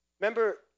Remember